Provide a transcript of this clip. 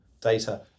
data